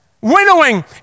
winnowing